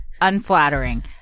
unflattering